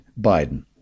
Biden